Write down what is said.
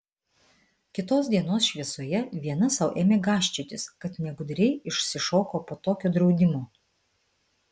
kitos dienos šviesoje viena sau ėmė gąsčiotis kad negudriai išsišoko po tokio draudimo